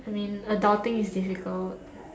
I mean adulting is difficult